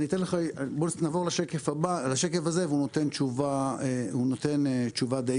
נעבור לשקף הזה והוא נותן תשובה די